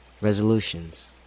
resolutions